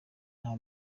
nta